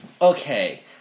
Okay